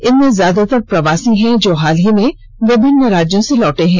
इनमें ज्यादातर प्रवासी हैं जो हाल ही में विभिन्न राज्यों से लौटे हैं